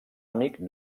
amic